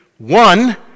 One